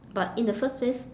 but in the first place